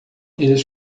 eles